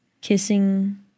kissing